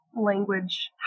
language